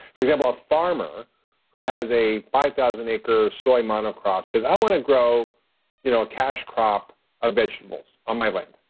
for example, a farmer who has a five thousand acre soy monocrop says, i want to grow you know a cash crop of vegetables on my land.